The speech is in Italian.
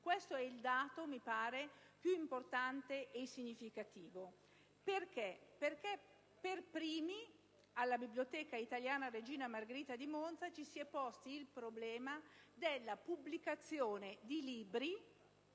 Questo è il dato più importante e significativo. Per primi, alla Biblioteca italiana «Regina Margherita» di Monza, ci si è posti il problema della pubblicazione di libri